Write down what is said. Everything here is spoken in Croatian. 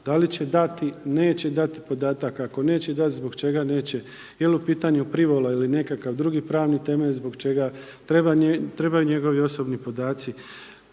da li će dati, neće dati podatak, ako neće dati zbog čega neće, je li u pitanju privola ili nekakav drugi pravni temelj zbog čega trebaju njegovi osobni podaci.